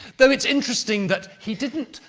though it's interesting that he didn't,